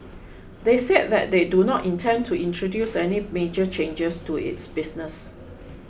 they said that they do not intend to introduce any major changes to its business